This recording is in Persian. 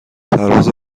پرواز